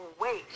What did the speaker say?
wait